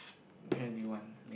what kind do you want